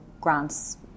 grants